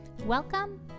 Welcome